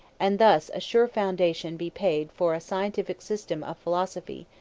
and thus a sure foundation be paid for a scientific system of philosophy,